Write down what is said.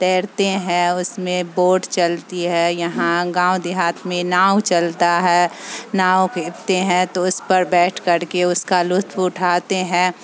تیرتے ہیں اس میں بوٹ چلتی ہے یہاں گاؤں دیہات میں ناؤ چلتا ہے ناؤ کھیتے ہیں تو اس پر بیٹھ کر کے اس کا لطف اٹھاتے ہیں